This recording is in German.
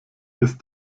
ist